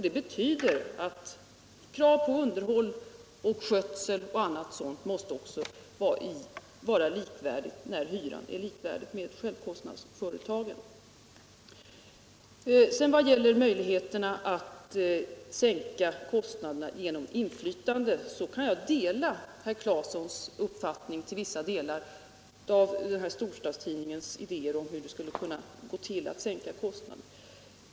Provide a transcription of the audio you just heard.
Det betyder att krav på underhåll, skötsel och annat måste vara likvärdiga när hyrorna är likvärdiga med hyrorna hos självkostnadsföretagen. När det sedan gäller den nämnda storstadstidningens idéer om hur det skulle kunna gå till att sänka hyrorna kan jag i viss utsträckning dela herr Claesons uppfattning.